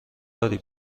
داری